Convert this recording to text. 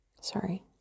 Sorry